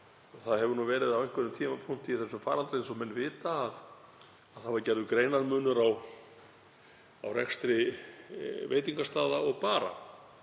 Það hefur verið á einhverjum tímapunkti í þessum faraldri, eins og menn vita, gerður greinarmunur á rekstri veitingastaða og bara,